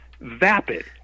Vapid